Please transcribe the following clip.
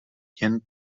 jen